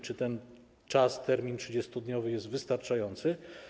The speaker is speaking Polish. Czy ten czas, termin 30-dniowy jest wystarczający?